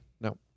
No